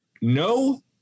No